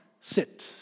sit